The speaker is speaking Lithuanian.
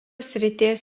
srities